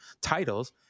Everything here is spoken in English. titles